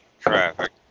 traffic